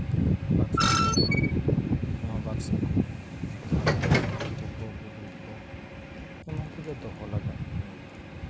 ᱵᱟᱠᱥᱟᱠᱚ ᱱᱚᱣᱟ ᱵᱟᱠᱥᱟᱠᱚ ᱛᱷᱟᱹᱨᱤᱼᱵᱟᱹᱴᱤ ᱠᱚ ᱞᱩᱜᱽᱲᱤ ᱠᱚ ᱮᱢᱟᱱ ᱛᱮᱭᱟᱜ ᱫᱚᱦᱚ ᱞᱟᱜᱟᱫ ᱠᱟᱱ ᱜᱮᱭᱟ